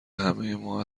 همهما